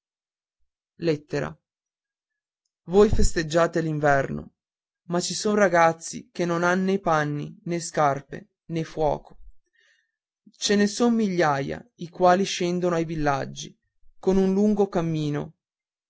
l'inverno voi festeggiate l'inverno ma ci son dei ragazzi che non hanno né panni né scarpe né fuoco ce ne son migliaia i quali scendono ai villaggi con un lungo cammino